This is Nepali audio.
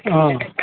अँ